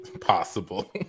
possible